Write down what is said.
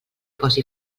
posi